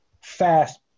fast